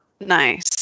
nice